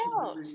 out